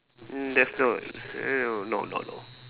mm there's no err no no no no